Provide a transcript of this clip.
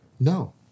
No